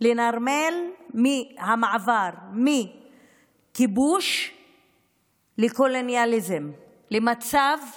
המעבר מכיבוש לקולוניאליזם, למצב שימשיך.